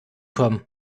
komm